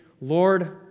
Lord